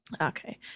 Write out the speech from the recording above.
Okay